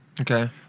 Okay